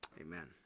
Amen